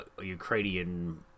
ukrainian